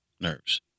nerves